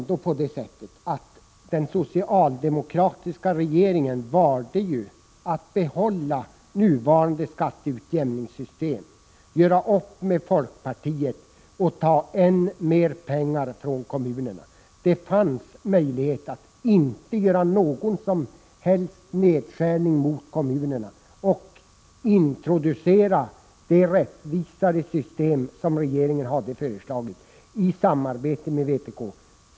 Den socialdemokratiska regeringen valde ju att behålla nuvarande skatteutjämningssystem och gjorde upp med folkpartiet att ta än mer pengar från kommunerna. Det fanns en möjlighet att utan någon som helst nedskärning för kommunerna introducera ett rättvisare system, som regeringen hade föreslagit tillsammans med vpk.